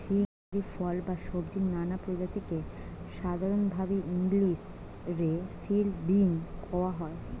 সীম হারি ফল বা সব্জির নানা প্রজাতিকে সাধরণভাবি ইংলিশ রে ফিল্ড বীন কওয়া হয়